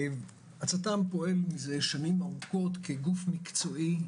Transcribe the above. הצט"ם פועל מזה שנים ארוכות כגוף מקצועי,